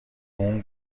اون